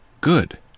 good